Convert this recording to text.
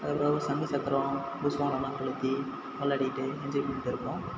அது பிறவு சங்கு சக்கரம் புஸ்வாணம்லா கொளுத்தி விளாடிகிட்டு என்ஜாய் பண்ணிட்டுருப்போம்